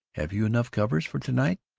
have you enough covers for to-night?